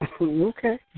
Okay